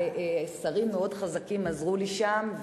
ושרים מאוד חזקים עזרו שם,